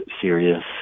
serious